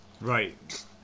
Right